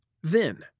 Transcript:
then,